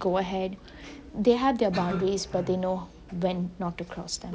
go ahead they have their boundaries but they know when not to cross them